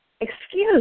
excuse